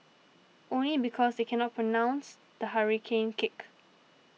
only because they cannot pronounce the hurricane kick